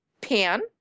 pan